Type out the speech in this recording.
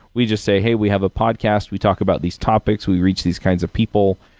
we just say, hey, we have a podcast. we talk about these topics. we reach these kinds of people,